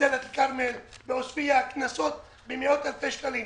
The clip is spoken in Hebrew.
בדלית אל-כרמל, בעספיא, קנסות במאות אלפי שקלים.